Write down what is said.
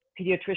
pediatrician